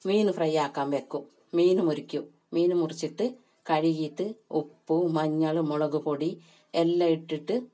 മീൻ fry ആക്കാൻ വയ്ക്കും മീൻ മുറിക്കും മീൻ മുറിച്ചിട്ട് കഴുകിയിട്ട് ഉപ്പും മഞ്ഞളും മുളക് പൊടി എല്ലാം ഇട്ടിട്ട്